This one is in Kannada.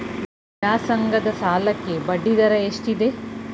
ವ್ಯಾಸಂಗದ ಸಾಲಕ್ಕೆ ಬಡ್ಡಿ ದರ ಎಷ್ಟಿದೆ?